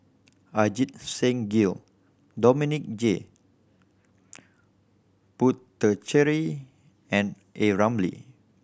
Ajit Singh Gill Dominic J Puthucheary and A Ramli